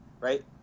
right